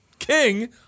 King